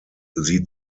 sie